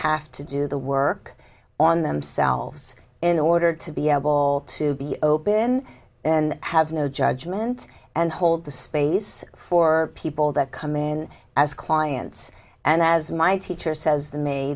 have to do the work on themselves in order to be able to be open and have no judgment and hold the space for people that come in as clients and as my teacher says to me